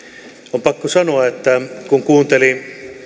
on pakko sanoa kun kuunteli